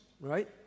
right